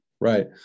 right